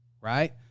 right